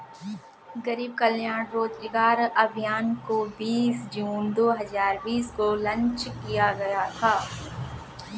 गरीब कल्याण रोजगार अभियान को बीस जून दो हजार बीस को लान्च किया गया था